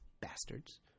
bastards